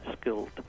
skilled